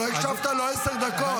לא הקשבת לו עשר דקות.